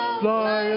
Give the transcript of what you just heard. fly